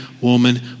woman